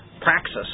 Praxis